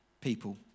people